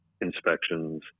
inspections